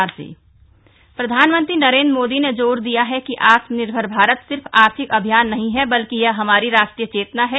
मोदी मन की बात प्रधानमंत्री नरेन्द्र मोदी ने जोर दिया है कि आत्मनिर्भर भारत सिर्फ आर्थिक अभियान नहीं है बल्कि यह हमारी राष्ट्रीय चेतना है